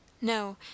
No